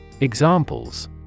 Examples